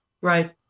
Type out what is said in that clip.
Right